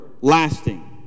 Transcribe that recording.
Lasting